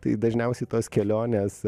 tai dažniausiai tos kelionės